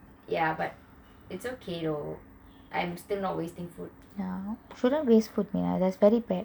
ya but it's okay though I'm still not wasting food